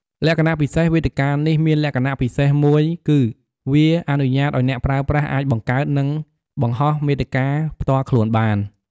លក្ខណៈពិសេស វេទិកានេះមានលក្ខណៈពិសេសមួយគឺវា អនុញ្ញាតឲ្យអ្នកប្រើប្រាស់អាចបង្កើត និងបង្ហោះមាតិកា ផ្ទាល់ខ្លួនបាន។